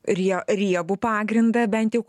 rie riebų pagrindą bent jau